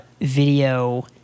video